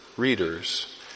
readers